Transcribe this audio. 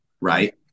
right